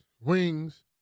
wings